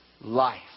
Life